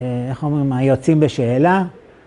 איך אומרים? היוצאים בשאלה?